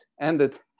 ended